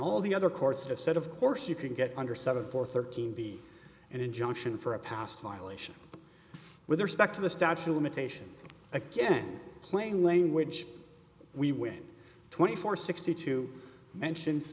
all the other courts have said of course you can get under seven for thirteen be an injunction for a past violation with respect to the statue limitations again playing lane which we were in twenty four sixty two mentions